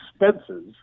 expenses